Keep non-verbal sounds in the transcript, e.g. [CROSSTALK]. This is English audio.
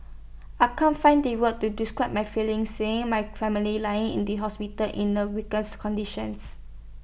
I can't find the words to describe my feelings seeing my family lying in the hospital in A weakened [UNINTELLIGIBLE] conditions